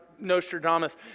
Nostradamus